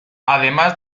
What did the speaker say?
además